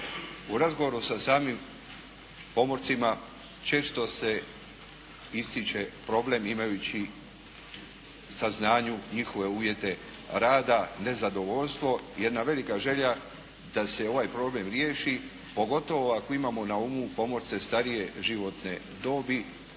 U razgovoru sa samim pomorcima često se ističe problem imajući saznjanju njihove uvjete rada, nezadovoljstvo, jedna velika želja da se ovaj problem riješi pogotovo ako imamo na umu pomorce starije životne dobi